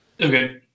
Okay